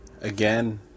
again